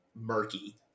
murky